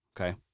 Okay